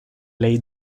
ley